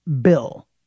bill